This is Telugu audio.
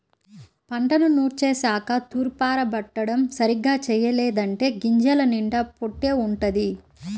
పంటను నూర్చేశాక తూర్పారబట్టడం సరిగ్గా చెయ్యలేదంటే గింజల నిండా పొట్టే వుంటది